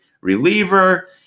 reliever